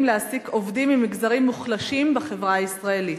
להעסיק עובדים ממגזרים מוחלשים בחברה הישראלית.